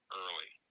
early